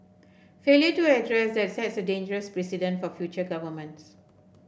failure to address that sets a dangerous precedent for future governments